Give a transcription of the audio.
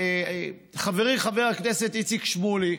חברי חבר הכנסת איציק שמולי,